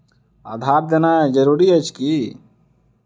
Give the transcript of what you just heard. आधार देनाय जरूरी अछि की?